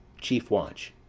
chief watch.